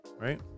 right